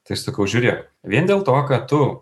tai sakau žiūrėk vien dėl to kad tu